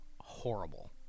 horrible